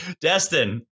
Destin